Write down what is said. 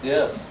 Yes